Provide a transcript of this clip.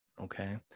okay